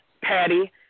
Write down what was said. Patty